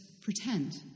pretend